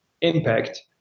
impact